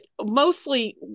mostly